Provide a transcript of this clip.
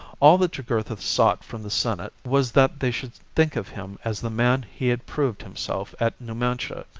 all that jugurtha sought from the senate was that they should think of him as the man he had proved himself at numantia,